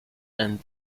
and